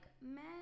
men